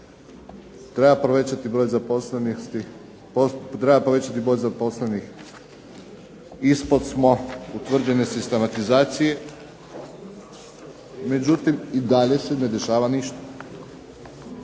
treba povećati broj zaposlenih, ispod smo utvrđene sistematizacije, međutim i dalje se ne dešava ništa.